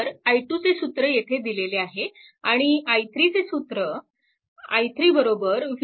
तर i 2 चे सूत्र येथे दिलेले आहे आणि i3 चे सूत्र i3 v2 0